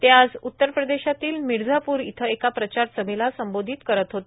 ते आज उत्तरप्रदेशातील मिर्झाप्र इथं एका प्रचारसभेला संबोधित करत होते